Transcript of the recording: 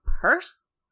purse